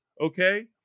Okay